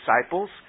disciples